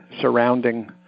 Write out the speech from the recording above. surrounding